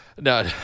no